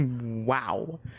Wow